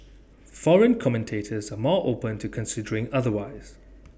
foreign commentators are more open to considering otherwise